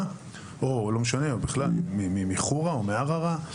או לא משנה או בכלל מחורה או מערערה,